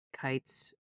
Kites